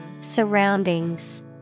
Surroundings